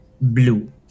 blue